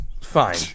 fine